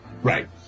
Right